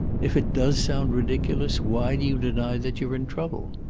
if it does sound ridiculous why do you deny that you're in trouble?